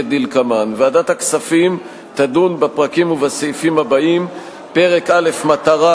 כדלקמן: ועדת הכספים תדון בפרקים ובסעיפים הבאים: פרק א' מטרה,